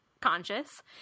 conscious